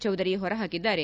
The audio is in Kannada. ಚೌಧರಿ ಹೊರಹಾಕಿದ್ದಾರೆ